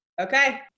Okay